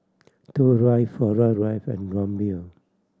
Toh Drive Flora Drive and Rumbia